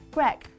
Greg